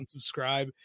unsubscribe